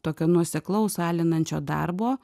tokio nuoseklaus alinančio darbo